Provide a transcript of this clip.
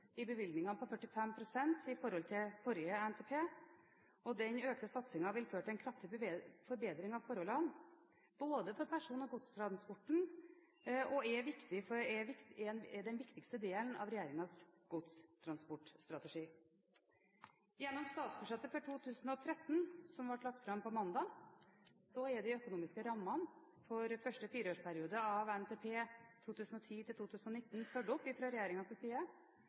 i bevilgninger på 45 pst. i forhold til forrige NTP. Den økte satsingen vil føre til en kraftig forbedring av forholdene for både person- og godstransporten og er den viktigste delen av regjeringens godstransportstrategi. Gjennom statsbudsjettet for 2013, som ble lagt fram på mandag, er de økonomiske rammene for første fireårsperiode av NTP 2010–2019 fulgt opp fra regjeringens side.